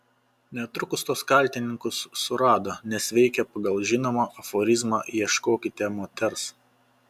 netrukus tuos kaltininkus surado nes veikė pagal žinomą aforizmą ieškokite moters